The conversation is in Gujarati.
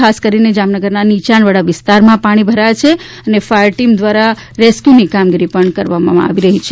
ખાસ કરીને જામનગરમાં નીયાણવાળા વિસ્તારમાં પાણી ભરાયા છે અને ફાયર ટીમ દ્વારા રેસ્ક્યુની કામગીરી પણ કરવામાં આવી રહી છે